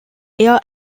air